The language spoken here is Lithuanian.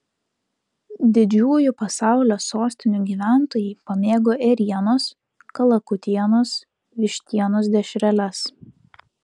didžiųjų pasaulio sostinių gyventojai pamėgo ėrienos kalakutienos vištienos dešreles